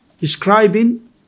describing